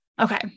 okay